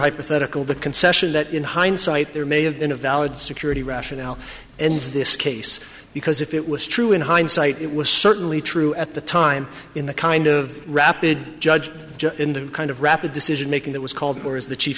hypothetical the concession that in hindsight there may have been a valid security rationale ends this case because if it was true in hindsight it was certainly true at the time in the kind of rapid judge in the kind of rapid decision making that was called or as the chief